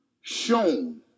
shown